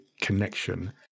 connection